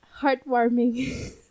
heartwarming